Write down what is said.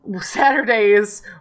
Saturdays